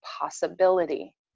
possibility